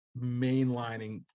mainlining